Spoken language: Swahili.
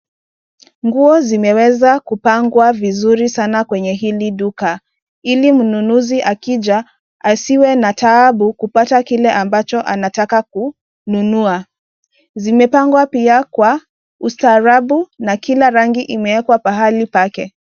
Nguo zimeweza kupangwa vizuri sana kwenye hili duka, ili mnunuzi akija asiwe na taabu kupata kile ambacho anataka kununua. Zimepangwa pia kwa ustaarabu na kila rangi imewekwa pahali pake.